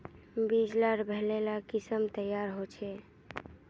बीज लार भले ला किसम तैयार होछे